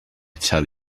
tell